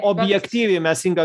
objektyviai mes inga